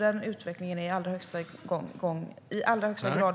Den utvecklingen är i allra högsta grad på gång.